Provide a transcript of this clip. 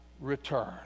return